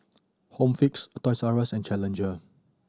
Home Fix Toys Rus and Challenger